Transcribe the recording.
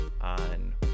on